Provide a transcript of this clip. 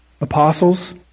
apostles